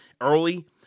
early